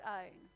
own